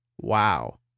Wow